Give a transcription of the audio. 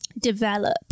develop